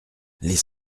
les